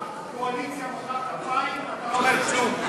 כשהקואליציה מוחאת כפיים אתה לא אומר כלום,